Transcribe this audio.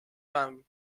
wami